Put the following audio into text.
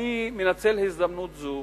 אני מנצל הזדמנות זו